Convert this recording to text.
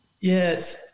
Yes